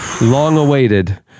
long-awaited